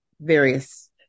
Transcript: various